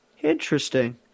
Interesting